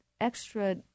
extra